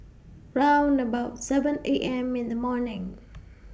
round about seven A M in The morning